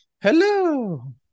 hello